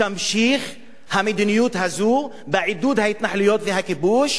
תמשיך המדיניות הזאת, בעידוד ההתנחלויות והכיבוש,